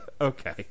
Okay